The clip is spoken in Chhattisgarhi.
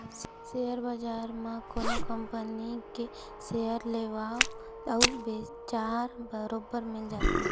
सेयर बजार म कोनो कंपनी के सेयर लेवाल अउ बेचहार बरोबर मिली जाथे